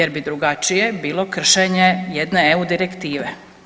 Jer bi drugačije bilo kršenje jedne EU Direktive.